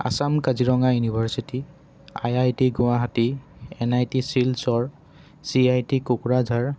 Assam Kaziranga university I I T Guwahati N I T Silchar C I T Kokrajhar